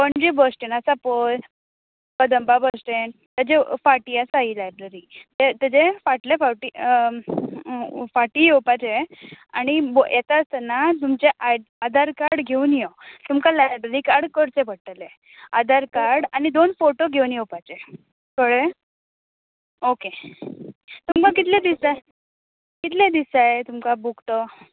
Panaji bus stand आसा पळय Kadamba bus stand तेच्या फाटी आसा ही लायब्ररी तेज्या फाटलें फावटी फाटी येवपाचे आनी येता आसतना तुमचे आ आधार काड घेवन यो तुमका लायब्ररी काड करचें पडटले आधार काड आनी दोन फोटो घेवन येवपाचे कळ्ळें ओके तुमकां कितले दीस जाय कितले दीस जाय तुमका बूक तो